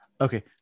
Okay